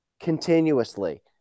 Continuously